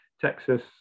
Texas